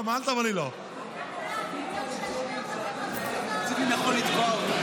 לא, לא כספים קואליציוניים, יכול לתקוע אותם.